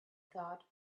thought